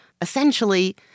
Essentially